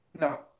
no